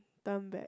turn back